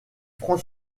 franc